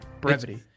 Brevity